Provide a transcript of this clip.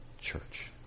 Church